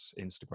Instagram